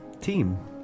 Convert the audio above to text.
team